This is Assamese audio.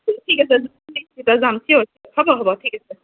ঠিক আছে যাম চি'অৰ হ'ব হ'ব ঠিক আছে